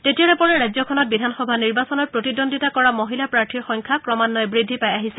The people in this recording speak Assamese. তেতিয়াৰে পৰা ৰাজ্যখনত বিধানসভা নিৰ্বাচনত প্ৰতিদ্বন্দ্বিতা কৰা মহিলা প্ৰাৰ্থীৰ সংখ্যা ক্ৰমান্নয়ে বৃদ্ধি পাই আহিছে